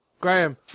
Graham